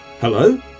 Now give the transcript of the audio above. Hello